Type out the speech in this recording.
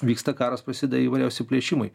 vyksta karas prasideda įvairiausi plėšimai